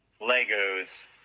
Legos